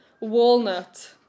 Walnut